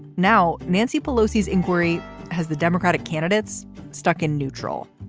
now nancy pelosi's inquiry has the democratic candidates stuck in neutral.